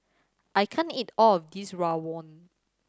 I can't eat all of this rawon